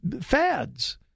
Fads